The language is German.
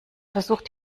versucht